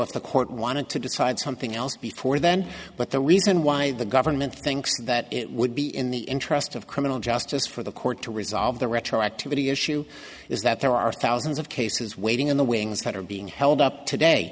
if the court wanted to decide something else before then but the reason why the government thinks that it would be in the interest of criminal justice for the court to resolve the retroactivity issue is that there are thousands of cases waiting in the wings that are being held up today